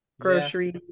grocery